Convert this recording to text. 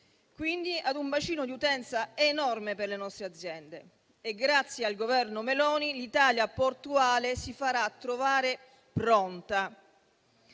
nazionale (un bacino di utenza enorme per le nostre aziende). Grazie al Governo Meloni, l'Italia portuale si farà trovare pronta.